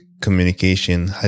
communication